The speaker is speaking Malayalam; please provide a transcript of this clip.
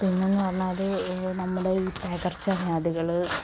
പിന്നെയെന്നു പറഞ്ഞാൽ നമ്മുടെ ഈ പകർച്ചവ്യാധികൾ